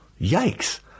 yikes